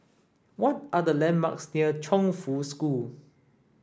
what are the landmarks near Chongfu School